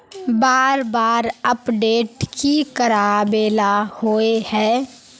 बार बार अपडेट की कराबेला होय है?